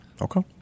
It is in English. Okay